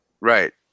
Right